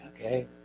okay